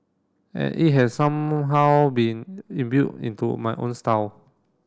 and it has somehow been into my own style